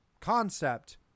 concept